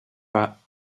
pas